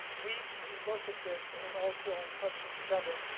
we can look at this and also in question seven